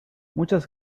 muchas